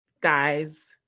guys